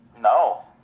No